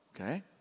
okay